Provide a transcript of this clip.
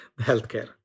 Healthcare